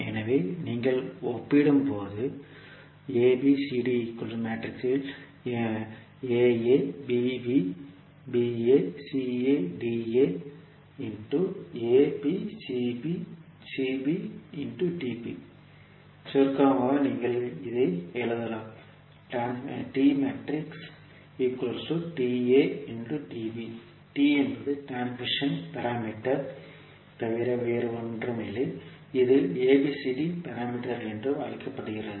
எனவே நீங்கள் ஒப்பிடும்போது சுருக்கமாக நீங்கள் அதை எழுதலாம் T என்பது டிரான்ஸ்மிஷன் பாராமீட்டர் தவிர வேறு ஒன்றும் இல்லை இது ஏபிசிடி பாராமீட்டர் என்றும் அழைக்கப்படுகிறது